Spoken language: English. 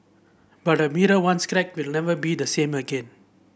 but a mirror once cracked will never be the same again